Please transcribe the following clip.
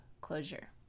closure